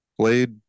played